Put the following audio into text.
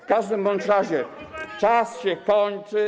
W każdym razie czas się kończy.